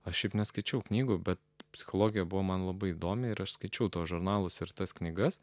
aš šiaip neskaičiau knygų bet psichologija buvo man labai įdomi ir aš skaičiau tuos žurnalus ir tas knygas